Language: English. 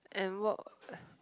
and what